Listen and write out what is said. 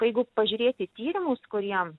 jeigu pažiūrėti tyrimus kurie